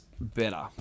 better